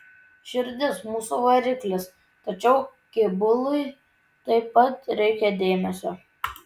širdis mūsų variklis tačiau kėbului taip pat reikia dėmesio